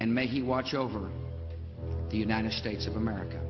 and make you watch over the united states of america